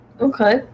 Okay